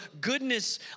goodness